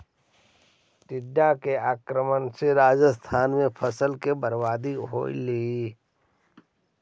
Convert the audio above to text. टिड्डा के आक्रमण से राजस्थान में फसल के बर्बादी होलइ